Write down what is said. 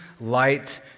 light